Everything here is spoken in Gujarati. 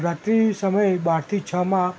રાત્રિ સમયે બારથી છમાં